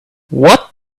what